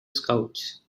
scouts